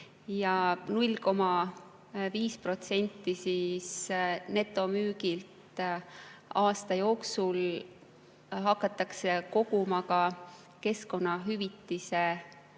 ja 0,5% netomüügilt aasta jooksul hakatakse koguma ka keskkonnahäiringu